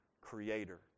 creator